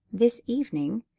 this evening,